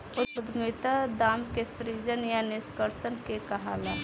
उद्यमिता दाम के सृजन या निष्कर्सन के कहाला